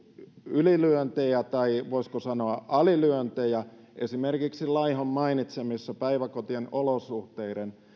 ylilyöntejä tai voisiko sanoa alilyöntejä esimerkiksi laihon mainitsemien päiväkotien olosuhteiden